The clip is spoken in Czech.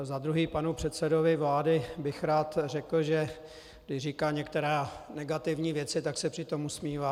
Za druhé, panu předsedovi vlády bych rád řekl, že když říká některé negativní věci, tak se přitom usmívá.